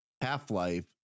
half-life